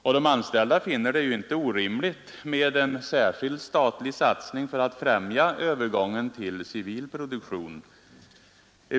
Och de anställda finner det inte orimligt med en särskild statlig satsning för att främja övergången till civil produktion.